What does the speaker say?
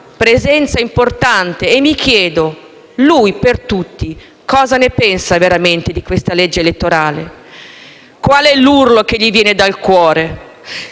presenza importante e mi chiedo: lui, per tutti, cosa ne pensa di questa legge elettorale? Qual è l'urlo che gli viene dal cuore?